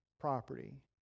property